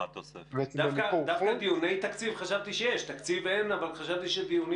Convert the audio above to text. חשבתי שדיוני תקציב היו.